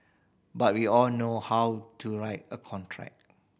but we all know how to write a contract